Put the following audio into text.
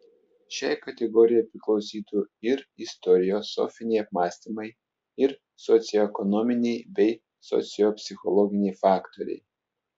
šiai kategorijai priklausytų ir istoriosofiniai apmąstymai ir socioekonominiai bei sociopsichologiniai faktoriai